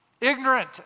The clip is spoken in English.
Ignorant